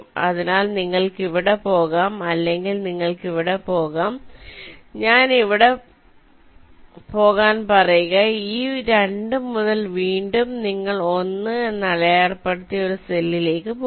അതിനാൽ നിങ്ങൾക്ക് ഇവിടെ പോകാം അല്ലെങ്കിൽ നിങ്ങൾ ഇവിടെ പോകാം ഞാൻ ഇവിടെ പോകാൻ പറയുക ഈ 2 മുതൽ വീണ്ടും നിങ്ങൾ 1 എന്ന് അടയാളപ്പെടുത്തിയ ഒരു സെല്ലിലേക്ക് പോകുക